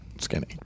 skinny